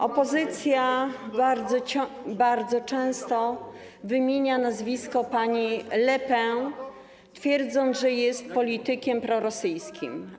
Opozycja bardzo często wymienia nazwisko pani Le Pen, twierdząc, że jest politykiem prorosyjskim.